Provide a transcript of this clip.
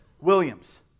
Williams